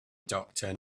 doctor